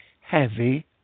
heavy